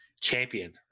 champion